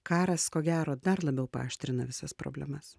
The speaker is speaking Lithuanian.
karas ko gero dar labiau paaštrina visas problemas